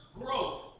growth